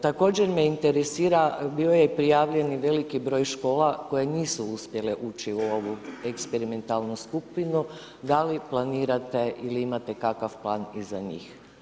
Također me interesa, bio je prijavljen i veliki broj škola koje nisu uspjele ući u ovu eksperimentalnu skupinu, da li planirate ili imate kakav plan i za njih?